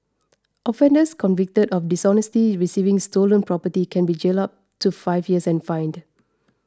offenders convicted of dishonestly receiving stolen property can be jailed up to five years and fined